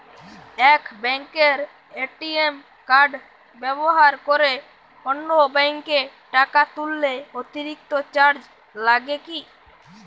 এক ব্যাঙ্কের ATM card ব্যবহার করে অন্য ব্যঙ্কে টাকা তুললে অতিরিক্ত চার্জ লাগে কি?